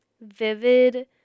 Vivid